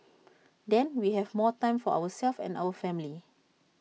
then we have more time for ourselves and our family